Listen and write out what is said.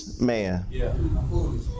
man